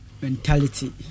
mentality